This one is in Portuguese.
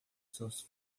seus